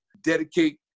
dedicate